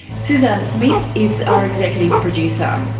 suzanne smith is our executive producer.